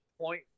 point